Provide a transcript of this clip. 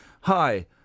hi